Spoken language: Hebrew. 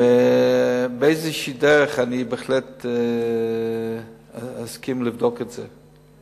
באיזו דרך אני, בהחלט, אסכים לבדוק את זה.